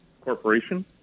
Corporation